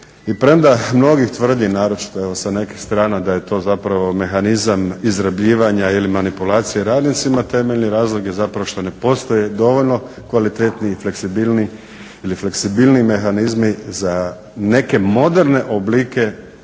I premda mnogi tvrde naročito sa nekih strana da je to zapravo mehanizam izrabljivanja ili manipulacije radnicima, temeljni razlog je zapravo što ne postoje dovoljno kvalitetni i fleksibilni ili fleksibilniji mehanizmi za neke moderne oblike